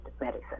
medicine